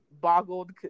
boggled